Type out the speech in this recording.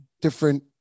different